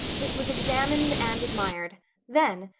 it was examined and admired then,